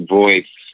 voice